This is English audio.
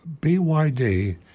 BYD